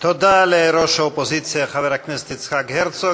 תודה לראש האופוזיציה חבר הכנסת יצחק הרצוג.